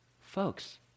folks